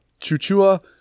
ChuChua